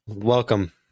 Welcome